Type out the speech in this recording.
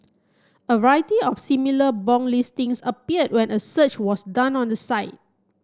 a variety of similar bong listings appeared when a search was done on the site